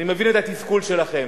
אני מבין את התסכול שלכם: